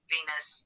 Venus